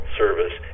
service